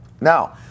Now